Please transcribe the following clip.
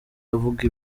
avuga